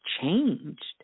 changed